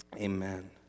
amen